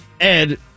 Ed